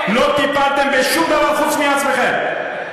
לא טיפלתם בשום דבר חוץ מאשר בעצמכם.